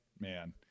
man